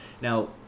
Now